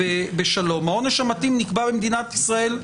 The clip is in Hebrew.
העונש המתאים נקבע במדינת ישראל,